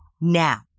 Now